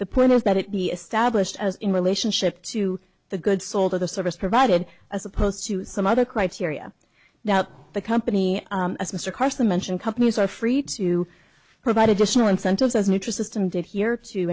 the point is that it be established as in relationship to the goods sold or the service provided as opposed to some other criteria now the company as mr carson mentioned companies are free to provide additional incentives as nutrisystem did here to